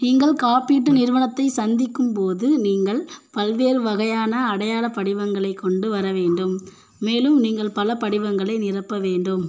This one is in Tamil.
நீங்கள் காப்பீட்டு நிறுவனத்தை சந்திக்கும் போது நீங்கள் பல்வேறு வகையான அடையாளப் படிவங்களைக் கொண்டு வர வேண்டும் மேலும் நீங்கள் பல படிவங்களை நிரப்ப வேண்டும்